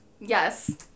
Yes